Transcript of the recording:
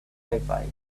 terrified